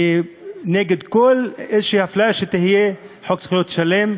אני נגד כל אפליה, שיהיה חוק זכויות שלם,